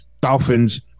Dolphins